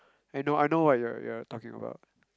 I know I know what you're you're talking about